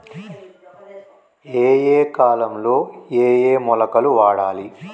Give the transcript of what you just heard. ఏయే కాలంలో ఏయే మొలకలు వాడాలి?